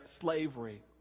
slavery